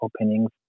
openings